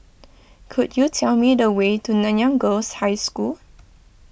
could you tell me the way to Nanyang Girls' High School